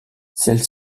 celles